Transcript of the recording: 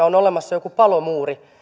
on olemassa joku palomuuri